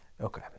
Okay